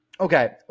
Okay